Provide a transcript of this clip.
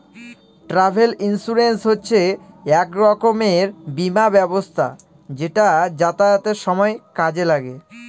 travel insurance হচ্ছে এক রকমের বীমা ব্যবস্থা যেটা যাতায়াতের সময় কাজে লাগে